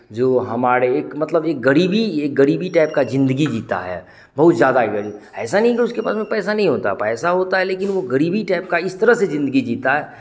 जो हमारे एक मतलब एक ग़रीबी एक ग़रीबी टाइप का ज़िंदगी जीता है बहुत ज़्यादा ग़रीब ऐसा नहीं कि उसके पास में पैसा नहीं होता पैसा होता है लेकिन वो ग़रीबी टाइप का इस तरह से ज़िंदगी जीता है